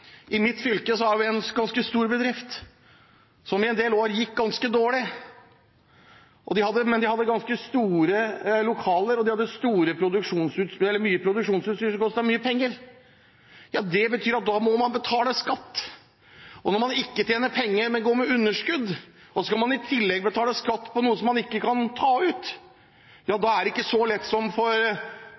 I mitt fylke har vi en ganske stor bedrift, som i en del år gikk ganske dårlig, men den hadde store lokaler og mye produksjonsutstyr som kostet mye penger. Det betyr at man må betale skatt. Når man ikke tjener penger, men går med underskudd og i tillegg skal betale skatt på noe man ikke kan ta ut, da er det ikke så lett som det kanskje er for